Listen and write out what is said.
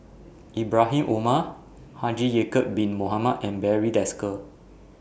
Ibrahim Omar Haji Ya'Acob Bin Mohamed and Barry Desker